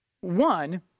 One